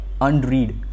unread